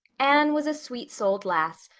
anne was a sweet-souled lass,